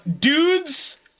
dude's